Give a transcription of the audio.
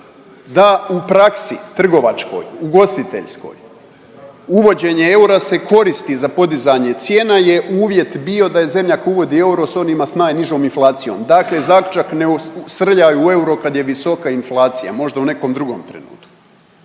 da u praksi trgovačkoj, ugostiteljskoj, uvođenje eura se koristi za podizanje cijena je uvjet bio da je zemlja koja uvodi euro s onima s najnižom inflacijom, dakle zaključak ne srljaj u euro kad je visoka inflacija, možda u nekom drugom trenutku.